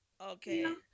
Okay